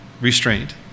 restraint